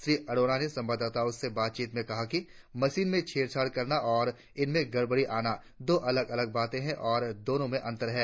श्री अरोड़ा ने संवाददाताओं से बातचीत में कहा कि मशीनों में छेड़छाड़ करना और उनमें गड़बड़ी आना दो अलग अलग बातें है और दोनों में अतर है